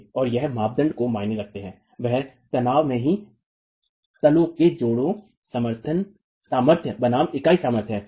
और यहाँ मापदंड जो मायने रखते है वह तनाव में ही तालों के जोड़ों सामर्थ्य बनाम इकाई सामर्थ्य है